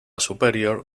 superior